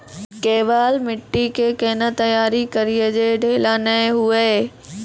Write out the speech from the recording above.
केवाल माटी के कैना तैयारी करिए जे ढेला नैय हुए?